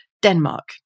Denmark